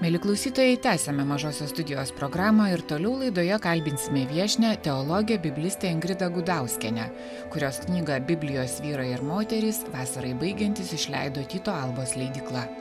mieli klausytojai tęsiame mažosios studijos programą ir toliau laidoje kalbinsime viešnią teologę biblistę ingridą gudauskienę kurios knygą biblijos vyrai ir moterys vasarai baigiantis išleido tyto albos leidykla